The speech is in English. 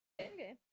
Okay